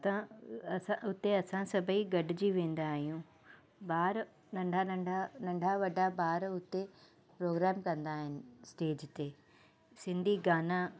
हुतां असां हुते असां सभेई गॾिजी वेंदा आहियूं ॿार नंढा नंढा नंढा वॾा ॿार उते प्रोग्राम कंदा आहिनि स्टेज ते सिंधी गाना